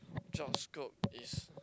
job scope is